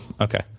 okay